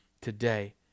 today